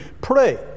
pray